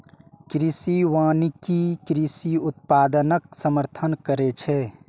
कृषि वानिकी कृषि उत्पादनक समर्थन करै छै